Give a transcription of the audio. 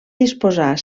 disposar